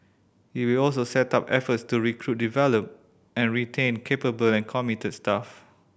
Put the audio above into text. it will also step up efforts to recruit develop and retain capable and committed staff